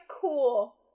cool